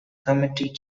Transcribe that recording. committee